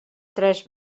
tres